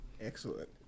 Excellent